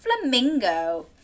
flamingo